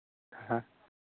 हाँ